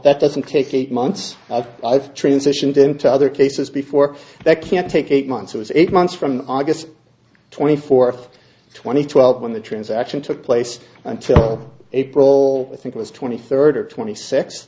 that doesn't take eight months i've transitioned into other cases before that can take eight months or eight months from august twenty fourth twenty twelve when the transaction took place until april i think it was twenty third or twenty six